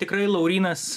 tikrai laurynas